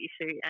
issue